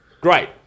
Great